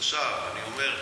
אני אומר,